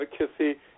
advocacy